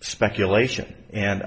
speculation and